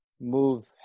move